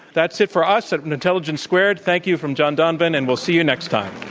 that's it for us at and intelligence squared. thank you from john donvan, and we'll see you next time.